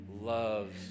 loves